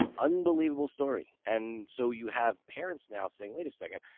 unbelievable story. and so you have parents now saying, wait a second.